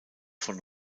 von